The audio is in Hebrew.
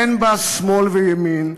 אין בה שמאל וימין.